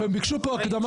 ייקח כמה